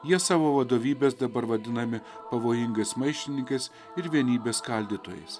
jie savo vadovybės dabar vadinami pavojingais maištininkais ir vienybės skaldytojais